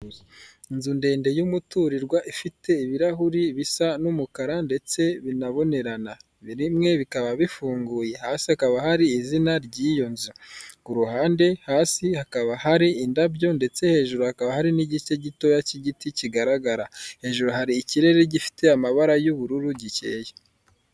Inzu ndende y'umuturirwa ifite ibirahuri bisa n'umukara ndetse binabonerana, bimwe bikaba bifunguye. Hasi hakaba hari izina ry'iyo nzu. Ku ruhande hasi hakaba hari indabyo ndetse hejuru hakaba hari n'igice gitoya cy'igiti kigaragara. Hejuru hari ikirere gifite amabara y'ubururu gikeye.